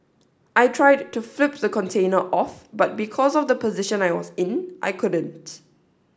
I tried to flip the container off but because of the position I was in I couldn't